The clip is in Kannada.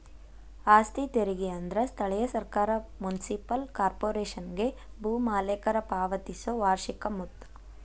ಆಸ್ತಿ ತೆರಿಗೆ ಅಂದ್ರ ಸ್ಥಳೇಯ ಸರ್ಕಾರ ಮುನ್ಸಿಪಲ್ ಕಾರ್ಪೊರೇಶನ್ಗೆ ಭೂ ಮಾಲೇಕರ ಪಾವತಿಸೊ ವಾರ್ಷಿಕ ಮೊತ್ತ